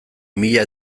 mila